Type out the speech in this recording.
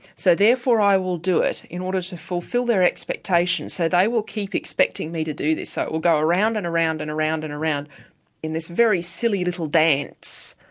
so therefore i will do it in order to fulfil their expectations, so they will keep expecting me to do this, so it will go around and around and around and around in this very silly little dance.